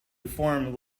reform